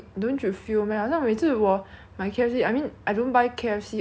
but 如果我买的话 hor 我每次会拿那个 tissue hor 来抹那个油先